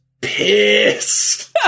pissed